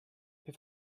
più